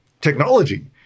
technology